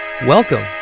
Welcome